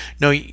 No